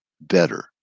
better